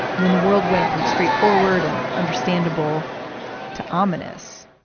when the world went from straightforward and understandable to ominous,